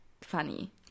funny